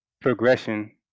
progression